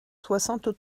soixante